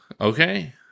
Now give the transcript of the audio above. okay